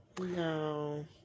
No